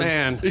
Man